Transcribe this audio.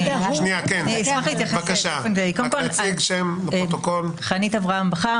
אני חנית אברהם בכר,